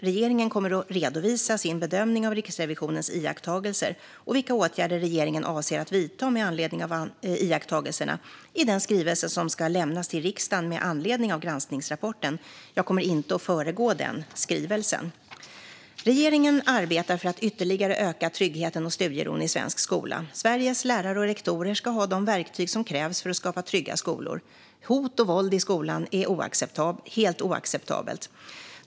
Regeringen kommer att redovisa sin bedömning av Riksrevisionens iakttagelser och vilka åtgärder regeringen avser att vidta med anledning av iakttagelserna i den skrivelse som ska lämnas till riksdagen med anledning av granskningsrapporten. Jag kommer inte att föregå den skrivelsen. Regeringen arbetar för att ytterligare öka tryggheten och studieron i svensk skola. Sveriges lärare och rektorer ska ha de verktyg som krävs för att skapa trygga skolor. Hot och våld i skolan är helt oacceptabelt.